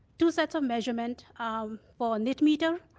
two sets of measurements um for nit meters,